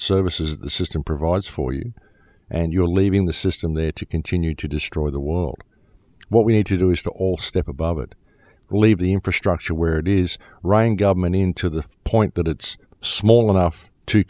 services the system provides for you and you're leaving the system that you continue to destroy the world what we need to do is to all step above it leave the infrastructure where it is running government into the point that it's small enough to